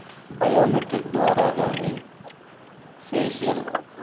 biometric ద్వారా గానీ facial